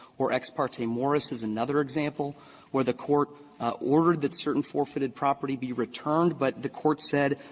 or ex parte morris is another example where the court ordered that certain forfeited property be returned, but the court said,